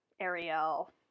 Ariel